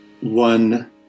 One